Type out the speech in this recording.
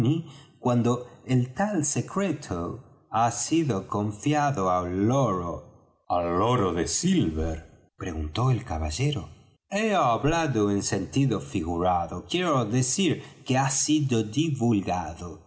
sr trelawney cuando el tal secreto ha sido confiado al loro al loro de silver preguntó el caballero he hablado en sentido figurado quiero decir que ha sido divulgado